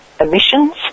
emissions